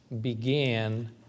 began